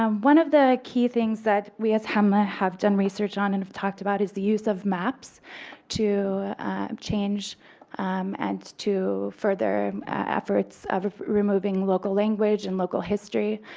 um one of the key things that we have ah have done research on and have talked about is the use of maps to change and to further efforts of of removing local language and local history.